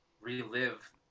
relive